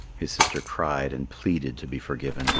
his sister cried and pleaded to be forgiven,